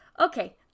okay